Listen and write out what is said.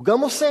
הוא גם עושה.